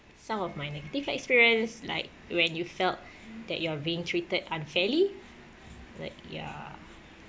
um that's some of my negative experience like when you felt that you are being treated unfairly like ya